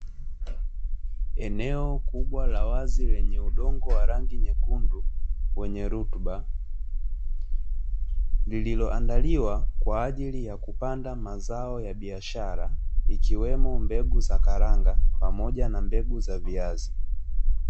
Eneo kubwa la wazi lenye udongo la rangi nyekundu wenye rutuba, lililoandaliwa kwa ajili ya kupanda mazao ya biashara ikiwemo mbegu za karanga pamoja na mbegu za viazi.